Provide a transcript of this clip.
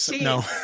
no